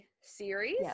series